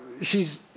shes